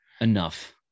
enough